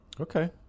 okay